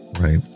right